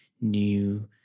new